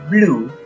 Blue